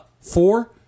Four